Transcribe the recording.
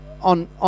on